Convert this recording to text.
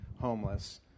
homeless